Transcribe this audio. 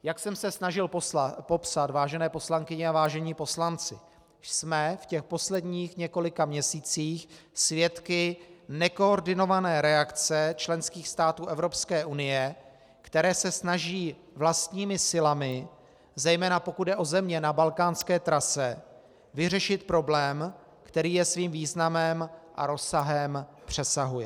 Jak jsem se snažil popsat, vážené poslankyně a vážení poslanci, jsme v těch posledních několika měsících svědky nekoordinované reakce členských států Evropské unie, které se snaží vlastními silami, zejména pokud jde o země na balkánské trase, vyřešit problém, který je svým významem a rozsahem přesahuje.